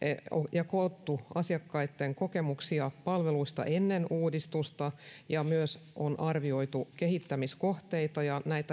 ja koottu asiakkaitten kokemuksia palveluista ennen uudistusta ja on myös arvioitu kehittämiskohteita